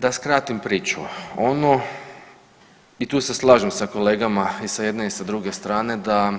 Da skratim priču, i tu se slažem sa kolegama i sa jedne i sa druge strane da